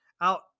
out